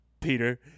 Peter